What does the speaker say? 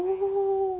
oh